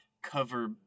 Cover